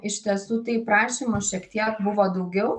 iš tiesų tai prašymų šiek tiek buvo daugiau